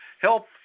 help